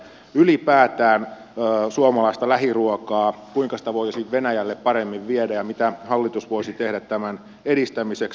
ylipäätään kuinka suomalaista lähiruokaa voisi venäjälle paremmin viedä ja mitä hallitus voisi tehdä tämän edistämiseksi